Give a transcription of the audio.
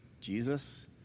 Jesus